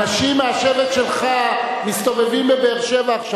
אנשים מהשבט שלך מסתובבים בבאר-שבע עכשיו.